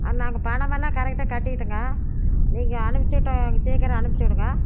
நாங்கள் பணம் எல்லாம் கரெக்டாக கட்டிவிட்டேங்க நீங்கள் அனுப்பிச்சிட்ட இங்கே சீக்கிரம் அனுப்பிச்சி விடுங்க